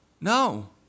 no